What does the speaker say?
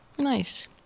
nice